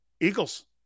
Eagles